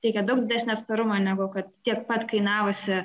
teikia daug didesnį atsparumo negu kad tiek pat kainavusi